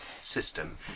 system